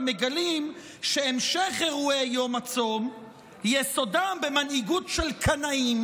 ומגלים שהמשך אירועי יום הצום יסודם במנהיגות של קנאים,